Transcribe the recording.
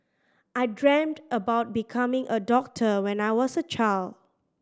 I dreamt of becoming a doctor when I was a child